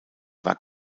war